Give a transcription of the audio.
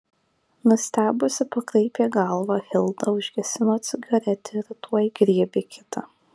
nustebusi pakraipė galvą hilda užgesino cigaretę ir tuoj griebė kitą